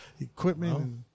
equipment